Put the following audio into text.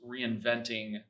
reinventing